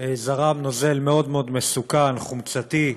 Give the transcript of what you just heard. זרם נוזל מאוד מאוד מסוכן, חומצתי,